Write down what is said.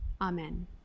Amen